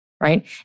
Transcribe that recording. right